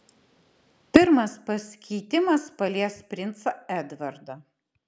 pirmas pasikeitimas palies princą edvardą